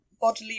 bodily